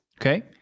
Okay